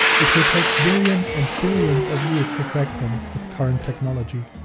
it would take billions and billions of years to crack them with current technology.